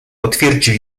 potwierdził